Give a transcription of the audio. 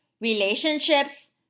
relationships